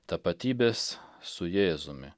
tapatybės su jėzumi